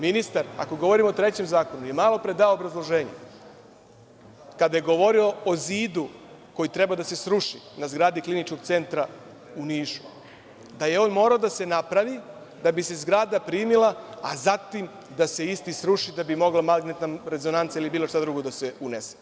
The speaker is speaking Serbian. Ministar, ako govorimo o trećem zakonu, je malo pre dao obrazloženje kada je govorio o zidu koji treba da se sruši na zgradi Kliničkog centra u Nišu, da je on morao da se napravi da bi se zgrada primila, a zatim da se isti sruši da bi magnetna rezonanca ili bilo šta drugo da se unese.